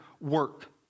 work